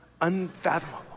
Unfathomable